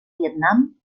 vietnam